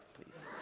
please